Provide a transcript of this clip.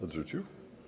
Odrzucił?